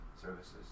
services